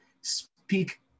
speak